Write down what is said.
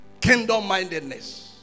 kingdom-mindedness